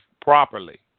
properly